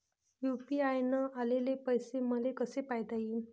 UPI न आलेले पैसे मले कसे पायता येईन?